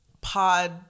pod